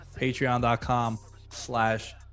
patreon.com/slash